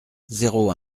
zéro